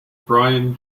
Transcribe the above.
brian